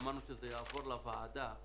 אמרנו שזה יחזור לוועדה.